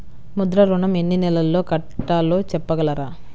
ముద్ర ఋణం ఎన్ని నెలల్లో కట్టలో చెప్పగలరా?